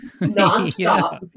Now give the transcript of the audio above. nonstop